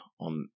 on